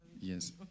Yes